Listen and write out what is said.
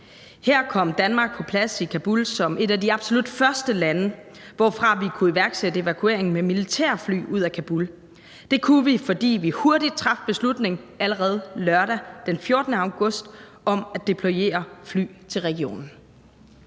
Her kom Danmark på plads i Kabul som et af de absolut første lande, hvorfra vi kunne iværksætte evakueringen med militærfly ud af Kabul. Det kunne vi, fordi vi hurtigt traf beslutning allerede lørdag den 14. august om at deployere fly til regionen.